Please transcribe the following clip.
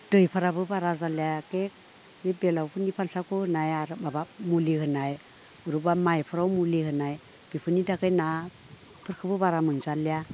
दैफोराबो बारा जालिया एखे बे बेलावफोरनि फारसाखौ होनाय आरो माबा मुलि होनाय बोरैबा माइफोराव मुलि होनाय बेफोरनि थाखाय नाफोरखोबो बारा मोनजालिया